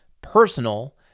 personal